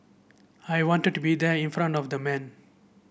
I wanted to be there in front of the man